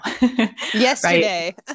Yesterday